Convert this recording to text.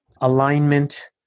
alignment